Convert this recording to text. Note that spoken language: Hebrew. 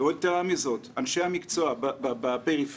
יתרה מזאת, אנשי המקצוע בפריפריה